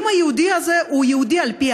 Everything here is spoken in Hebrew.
אם היהודי הזה הוא יהודי על פי